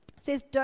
says